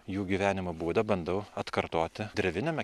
jų gyvenimo būdą bandau atkartoti dreviniame